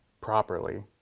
properly